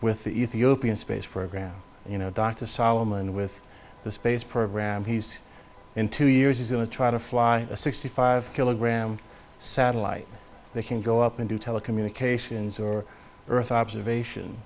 with the ethiopian space program you know dr solomon with the space program he's in two years he's going to try to fly a sixty five kilogram satellite they can go up and do telecommunications or earth observation